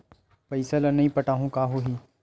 पईसा ल नई पटाहूँ का होही?